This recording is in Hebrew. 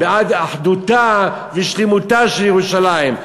בעד אחדותה ושלמותה של ירושלים.